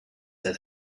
that